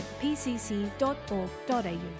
pcc.org.au